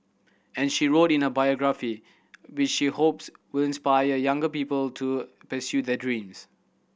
and she wrote in a biography which she hopes will inspire younger people to pursue their dreams